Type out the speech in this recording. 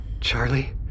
Charlie